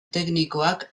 teknikoak